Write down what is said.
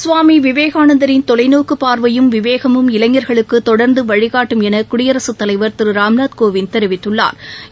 சுவாமிவிவேகானந்தரின் தொலைநோக்குபார்வையும் விவேகமும் இளைஞர்களுக்குதொடர்ந்துவழிகாட்டும் எனகுடியரசுத் தலைவா் திருராம்நாத் கோவிந்த் தெரிவித்துள்ளாா்